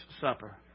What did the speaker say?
Supper